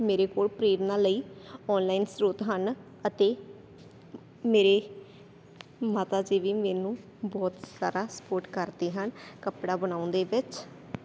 ਮੇਰੇ ਕੋਲ ਪ੍ਰੇਰਨਾ ਲਈ ਆਨਲਾਈਨ ਸਰੋਤ ਹਨ ਅਤੇ ਮੇਰੇ ਮਾਤਾ ਜੀ ਵੀ ਮੈਨੂੰ ਬਹੁਤ ਸਾਰਾ ਸਪੋਰਟ ਕਰਦੇ ਹਨ ਕੱਪੜਾ ਬਣਾਉਣ ਦੇ ਵਿੱਚ